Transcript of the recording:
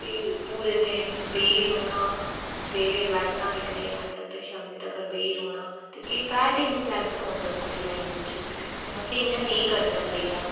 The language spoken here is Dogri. ते पूरे दिन बेही रौह्ना सवेरे बैठना नाटक दिक्खने गी ते शामीं तक्कर बेही रौह्ना एह् बैड इंपैक्ट पौंदा साढ़ी लाईफ बिच ते असें ई इं'या नेईं करना चाहिदा